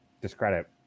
discredit